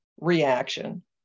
reaction